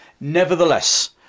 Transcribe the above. Nevertheless